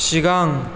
सिगां